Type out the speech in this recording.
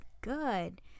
good